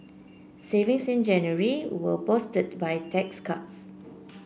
savings in January were boosted by tax cuts